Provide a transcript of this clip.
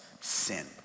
sin